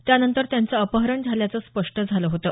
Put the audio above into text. त्यानंतर त्यांचं अपहरण झाल्याचं स्पष्ट झालं होतं